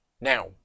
Now